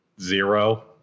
Zero